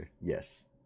Yes